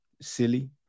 silly